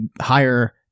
higher